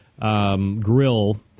Grill